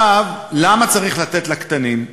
למה צריך לתת לקטנים?